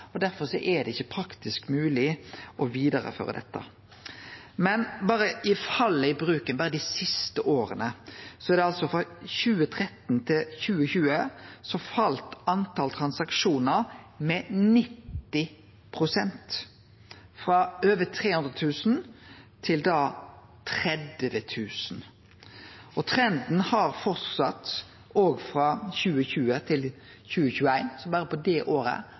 og derfor er det ikkje praktisk mogleg å føre det vidare. Når det gjeld fallet i bruken berre dei siste åra: Frå 2013 til 2020 fall talet på transaksjonar med 90 pst., frå over 300 000 til 30 000. Trenden har fortsett frå 2020 til 2021. Berre på det året